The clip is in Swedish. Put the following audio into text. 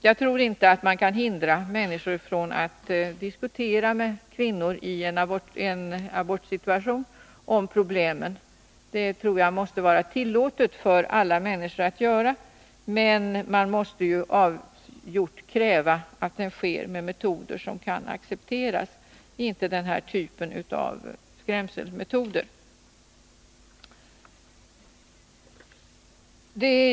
Jag tror inte att man kan hindra människor att diskutera med kvinnor i en abortsituation om problemen. Det bör nog vara tillåtet för alla människor, men man måste avgjort kräva att det sker på ett sätt som kan accepteras och inte med den här sortens skrämselmetoder.